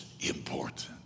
important